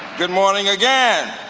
good morning again.